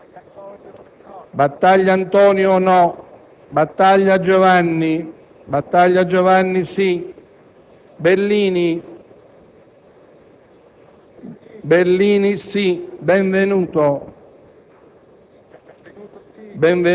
Barbato, Barbieri, Barbolini,